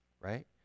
right